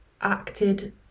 acted